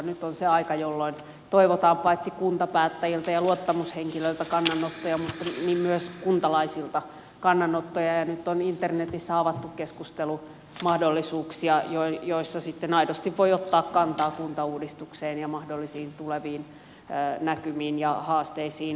nyt on se aika jolloin toivotaan paitsi kuntapäättäjiltä ja luottamushenkilöiltä kannanottoja niin myös kuntalaisilta kannanottoja ja nyt on internetissä avattu keskustelumahdollisuuksia joissa sitten aidosti voi ottaa kantaa kuntauudistukseen ja mahdollisiin tuleviin näkymiin ja haasteisiin